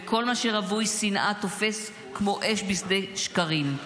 וכל מה שרווי שנאה תופס כמו אש בשדה שקרים.